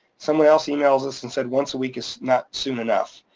someone else emails us and said, once a week is not soon enough.